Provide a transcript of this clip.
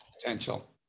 potential